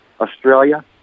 Australia